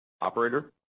Operator